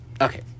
Okay